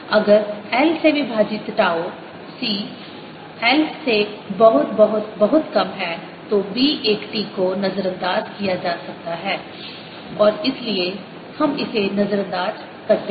अगर l से विभाजित टाउ C 1 से बहुत बहुत बहुत कम है तो B 1 t को नजरअंदाज किया जा सकता है और इसीलिए हम इसे नजरअंदाज करते रहे